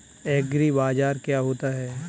एग्रीबाजार क्या होता है?